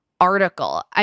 Article